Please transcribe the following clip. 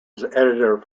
editor